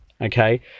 okay